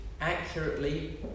accurately